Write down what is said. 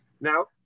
Now